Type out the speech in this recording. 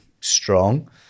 strong